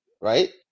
right